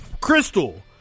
Crystal